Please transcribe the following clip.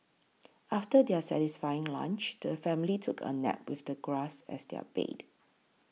after their satisfying lunch the family took a nap with the grass as their bed